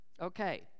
Okay